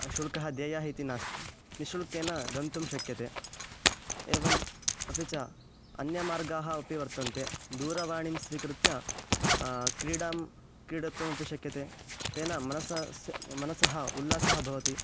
शुल्कः देयः इति नास्ति निःशुल्केन गन्तुं शक्यते एवम् अपि च अन्यमार्गाः अपि वर्तन्ते दूरवाणीं स्वीकृत्य क्रीडां क्रीडितुमपि शक्यते तेन मनसास्य मनसः उल्लासः भवति